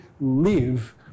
live